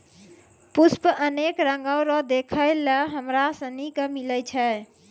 पुष्प अनेक रंगो रो देखै लै हमरा सनी के मिलै छै